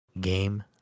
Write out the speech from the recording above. game